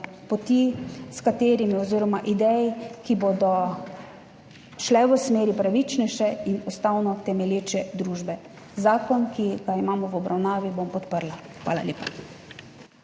poti oziroma idej, ki bodo šle v smeri pravičnejše in ustavno temelječe družbe. Zakon, ki ga imamo v obravnavi, bom podprla. Hvala lepa.